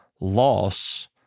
loss